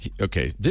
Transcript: Okay